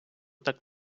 так